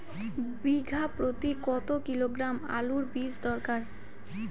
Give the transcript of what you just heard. বিঘা প্রতি কত কিলোগ্রাম আলুর বীজ দরকার?